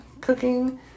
cooking